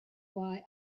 why